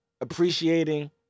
appreciating